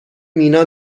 مینا